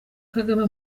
kagame